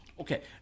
Okay